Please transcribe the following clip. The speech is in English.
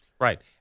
Right